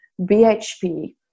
BHP